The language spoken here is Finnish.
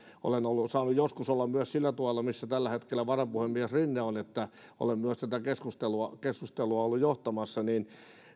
olen saanut joskus olla myös sillä tuolilla missä tällä hetkellä varapuhemies rinne on että olen myös tätä keskustelua ollut johtamassa niin